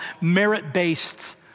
merit-based